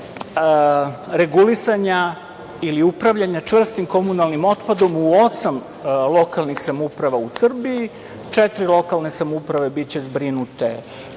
regulisanja ili upravljanja čvrstim komunalnim otpadom u osma lokalnih samouprava u Srbiji. Četiri lokalne samouprave biće zbrinute